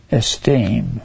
esteem